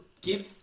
Give